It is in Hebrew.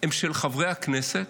הן של חברי הכנסת,